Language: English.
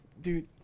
Dude